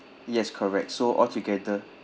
yes correct so altogether